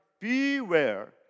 Beware